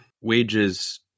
wages